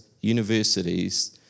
universities